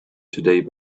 today